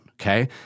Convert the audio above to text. okay